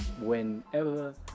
whenever